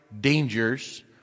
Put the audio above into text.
dangers